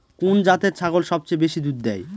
কোন জাতের ছাগল সবচেয়ে বেশি দুধ দেয়?